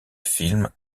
film